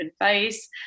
advice